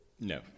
No